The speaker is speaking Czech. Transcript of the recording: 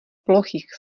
plochých